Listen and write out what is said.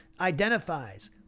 identifies